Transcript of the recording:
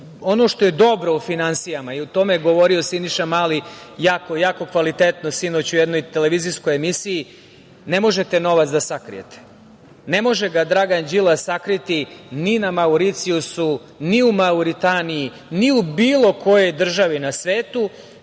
ono što je dobro u finansijama, i o tome je govorio Siniša Mali, jako, jako kvalitetno sinoć u jednoj televizijskoj emisiji – ne možete novac da sakrijete, ne može ga Dragan Đilas sakriti ni na Mauricijusu, ni u Mauritaniji, ni u bilo kojoj državi na svetu